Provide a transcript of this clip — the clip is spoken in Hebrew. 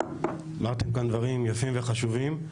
אמרתם כאן דברים יפים וחשובים.